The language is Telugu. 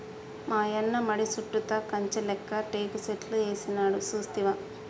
మాయన్న మడి సుట్టుతా కంచె లేక్క టేకు సెట్లు ఏసినాడు సూస్తివా